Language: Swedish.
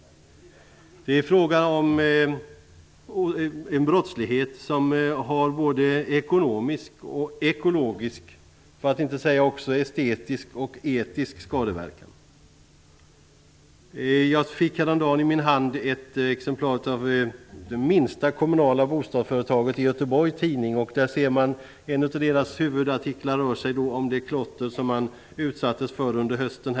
Det är fråga om en brottslighet som har både ekonomisk och ekologisk -- för att inte tala om estetisk och etisk -- Häromdagen fick jag i min hand ett exemplar av en tidning som ges ut av det minsta kommunala bostadsföretaget i Göteborg. En av huvudartiklarna i den här tidningen gäller det klotter som man utsattes för under hösten.